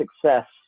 success